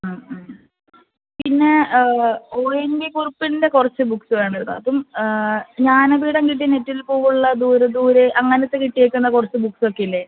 മ് മ് പിന്നെ ഒ എൻ വി കുറുപ്പിൻ്റെ കുറച്ച് ബുക്ക്സ് വേണമായിരുന്നു അതും ജ്ഞാനപീഠം കിട്ടിയ നെറ്റിയിൽ പൂവുള്ള ദൂരെ ദൂരെ അങ്ങനത്തെ കിട്ടിയേക്കുന്ന കുറച്ച് ബുക്സൊക്കെയില്ലേ